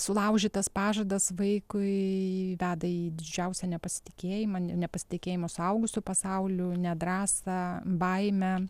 sulaužytas pažadas vaikui veda į didžiausią nepasitikėjimą nepasitikėjimo suaugusiu pasauliu nedrąsą baimę